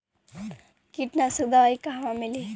कीटनाशक दवाई कहवा मिली?